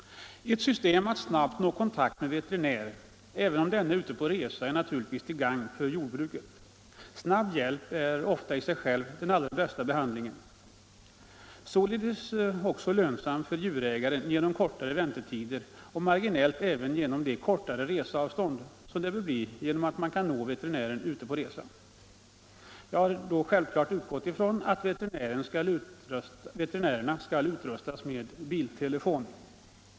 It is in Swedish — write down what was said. Ett system för att snabbt nå kontakt med veterinär, även om denne är ute på resa, är naturligtvis till gagn för jordbruket. Snabb hjälp är ofta i sig själv den allra bästa behandlingen. Således är den också lönsam 105 för djurägaren genom kortare väntetider och marginellt även genom de kortare reseavstånd som det bör bli när man kan nå veterinären även då han är ute på resa. Jag har självfallet utgått ifrån att veterinären skall utrustas med biltelefon.